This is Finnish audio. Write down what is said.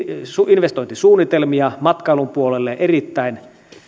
investointisuunnitelmia matkailun puolelle